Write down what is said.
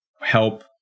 Help